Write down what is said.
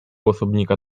osobnika